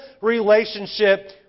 relationship